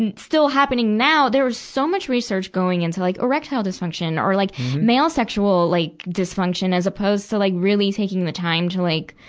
and still happening now, there is so much research going into like erectile dysfunction or like male sexual like dysfunction as opposed to like really taking the time to like,